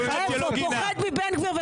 פוחד מבן גביר וסמוטריץ'.